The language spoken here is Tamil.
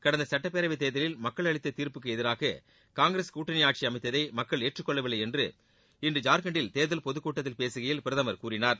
கடந்த சட்டப்பேரவைத் தேர்தலில் மக்கள் அளித்த தீர்ப்புக்கு எதிராக காங்கிரஸ் கூட்டனி ஆட்சி அமைத்ததை மக்கள் ஏற்றுக் கொள்ளவில்லை என்று இன்று ஜார்க்கண்ட்டில் தேர்தல் பொதுக்கூட்டத்தில் பேசுகையில் பிரதமர் கூறினார்